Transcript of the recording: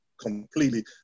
completely